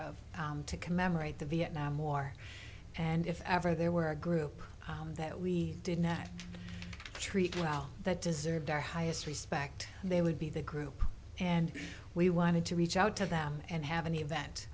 year to commemorate the vietnam war and if ever there were a group that we did not treat well that deserved our highest respect they would be the group and we wanted to reach out to them and have an event